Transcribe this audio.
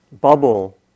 bubble